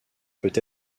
peut